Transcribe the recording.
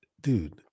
dude